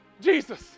Jesus